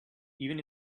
even